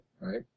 right